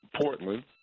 Portland